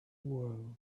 world